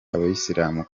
abasirimu